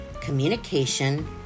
communication